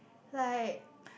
like